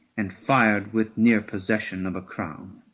and fired with near possession of a crown.